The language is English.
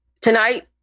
tonight